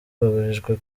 babujijwe